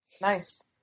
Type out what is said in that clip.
Nice